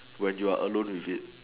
when you are alone with it